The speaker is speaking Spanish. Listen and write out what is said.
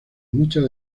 muchas